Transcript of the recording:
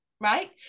right